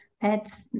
pets